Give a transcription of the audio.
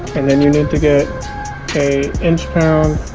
and then you need to get a inch pound